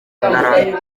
ndarambiwe